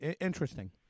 interesting